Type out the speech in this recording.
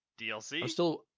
DLC